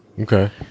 Okay